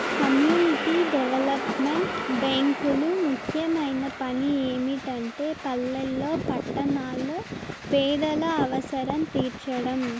community development బ్యేంకులు ముఖ్యమైన పని ఏమిటంటే పల్లెల్లో పట్టణాల్లో పేదల అవసరం తీర్చడం